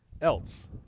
else